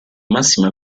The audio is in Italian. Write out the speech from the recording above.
massima